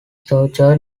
torture